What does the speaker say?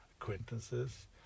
acquaintances